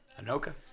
Anoka